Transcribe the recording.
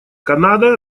канада